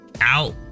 out